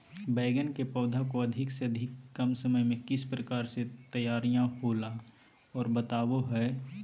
बैगन के पौधा को अधिक से अधिक कम समय में किस प्रकार से तैयारियां होला औ बताबो है?